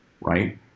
right